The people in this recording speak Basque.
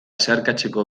zeharkatzeko